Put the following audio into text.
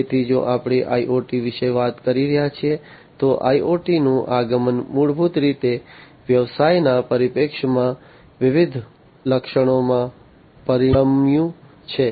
તેથી જો આપણે IoT વિશે વાત કરી રહ્યા છીએ તો IoT નું આગમન મૂળભૂત રીતે વ્યવસાયના પરિપ્રેક્ષ્યમાં વિવિધ અલગ લક્ષણોમાં પરિણમ્યું છે